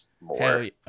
more